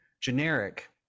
generic